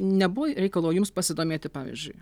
nebuvo reikalo jums pasidomėti pavyzdžiui